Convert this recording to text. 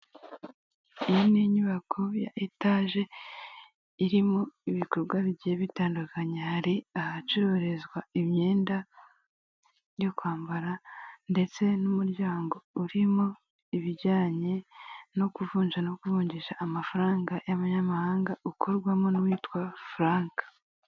Iyi ni inyubako ya etaje irimo ibikorwa bigiye bitandukanye: hari ahacururizwa imyenda yo kwambara ndetse n'umuryango urimo ibijyanye no kuvunja no ku kuvunjisha amafaranga y'abanyamahanga, ukorwamo n'uwitwa Frank.